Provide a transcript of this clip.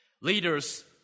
leaders